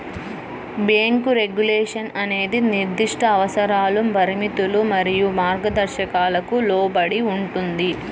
bank regulation అనేది నిర్దిష్ట అవసరాలు, పరిమితులు మరియు మార్గదర్శకాలకు లోబడి ఉంటుంది,